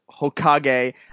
Hokage